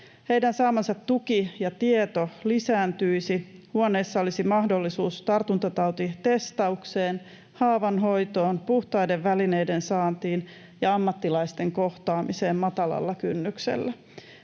Heidän saamansa tuki ja tieto lisääntyisivät, huoneissa olisi mahdollisuus tartuntatautitestaukseen, haavan hoitoon, puhtaiden välineiden saantiin ja ammattilaisten kohtaamiseen matalalla kynnyksellä.